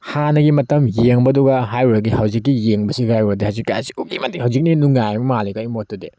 ꯍꯥꯟꯅꯒꯤ ꯃꯇꯝ ꯌꯦꯡꯕꯗꯨꯒ ꯍꯥꯏꯔꯨꯔꯗꯤ ꯍꯧꯖꯤꯛꯀꯤ ꯌꯦꯡꯕꯁꯤꯒ ꯍꯥꯏꯔꯨꯔꯗꯤ ꯍꯧꯖꯤꯛꯇꯤ ꯑꯁꯨꯛꯀꯤ ꯃꯇꯤꯛ ꯍꯧꯖꯤꯛꯅ ꯍꯦꯟꯅ ꯅꯨꯡꯉꯥꯏꯕ ꯃꯥꯜꯂꯤꯀꯣ ꯑꯩꯒꯤ ꯃꯣꯠꯇꯗꯤ